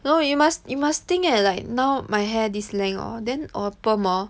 no you must you must think eh like now my hair this length hor then all perm hor